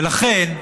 ולכן,